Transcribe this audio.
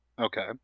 Okay